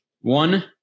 one